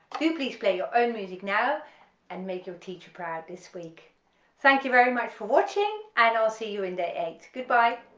do please play your own music now and make your teacher proud this week thank you very much for watching and i'll see you in day eight, goodbye